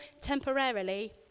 temporarily